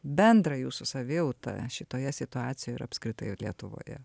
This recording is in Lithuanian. bendrą jūsų savijautą šitoje situacijoje ir apskritai lietuvoje